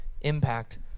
impact